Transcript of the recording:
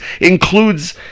includes